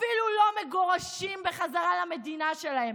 אפילו לא מגורשים בחזרה למדינה שלהם.